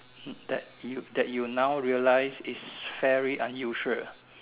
that you that you now realize is very unusual